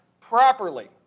properly